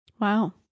Wow